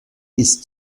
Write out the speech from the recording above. ist